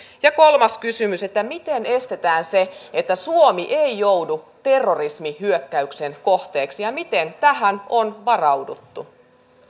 ja kolmas kysymys miten estetään se että suomi ei joudu terrorismihyökkäyksen kohteeksi ja miten tähän on varauduttu